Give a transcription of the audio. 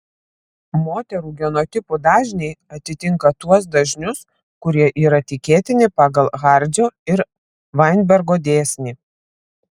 moterų genotipų dažniai atitinka tuos dažnius kurie yra tikėtini pagal hardžio ir vainbergo dėsnį